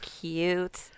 cute